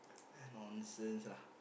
nonsense lah